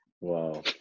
wow